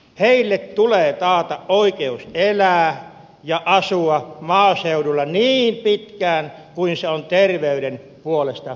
heille tulee taata oikeus elää ja asua maaseudulla niin pitkään kuin se on terveyden puolesta mahdollista